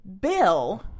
Bill